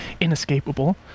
inescapable